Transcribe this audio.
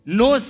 no